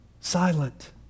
silent